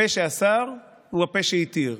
הפה שאסר הוא הפה שהתיר.